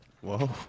Whoa